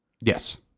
Yes